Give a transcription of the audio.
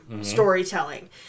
storytelling